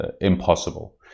impossible